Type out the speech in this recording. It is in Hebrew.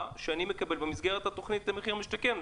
שאני מקבל במסגרת התוכנית "מחיר למשתכן",